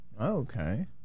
okay